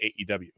AEW